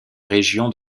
région